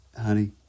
Honey